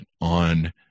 on